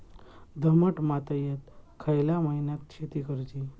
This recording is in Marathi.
दमट मातयेत खयल्या महिन्यात शेती करुची?